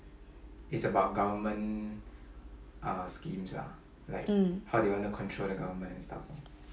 mm